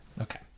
Okay